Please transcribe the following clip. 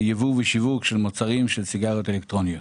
יבוא ושיווק של מוצרים של סיגריות אלקטרוניות.